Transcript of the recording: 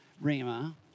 Rima